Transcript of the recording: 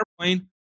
airplane